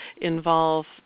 involve